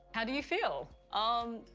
how do you feel? um,